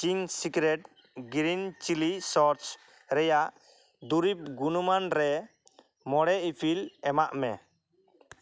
Ching secret green chilli ᱥᱚᱨᱥ ᱨᱮᱭᱟᱜ ᱫᱩᱨᱤᱵᱽ ᱜᱩᱱᱚᱢᱟᱱ ᱨᱮ ᱢᱚᱬᱮ ᱤᱯᱤᱞ ᱮᱢᱟᱜ ᱢᱮ